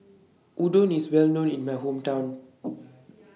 Udon IS Well known in My Hometown